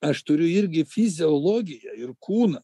aš turiu irgi fiziologiją ir kūną